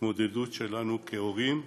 ההתמודדות שלנו כהורים,